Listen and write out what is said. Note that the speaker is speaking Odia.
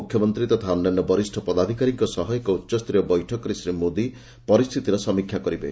ମୁଖ୍ୟମନ୍ତ୍ରୀ ତଥା ଅନ୍ୟାନ୍ୟ ବରିଷ୍ଣ ପଦାଧିକାରୀଙ୍କ ସହ ଏକ ଉଚ୍ଚସ୍ତରୀୟ ବୈଠକରେ ଶ୍ୱୀ ମୋଦି ପରିସ୍ଥିତିର ସମୀକ୍ଷା କରିବେ